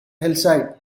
hillside